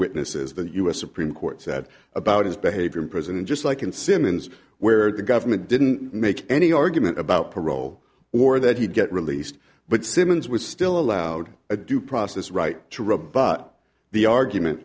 witnesses the us supreme court said about his behavior in prison just like in simmons where the government didn't make any argument about parole or that he'd get released but simmons was still allowed a due process right to rebut the argument